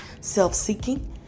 self-seeking